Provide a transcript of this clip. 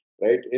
right